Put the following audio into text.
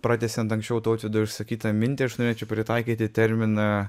pratęsiant anksčiau tautvydo išsakytą mintį aš norėčiau pritaikyti terminą